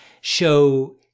show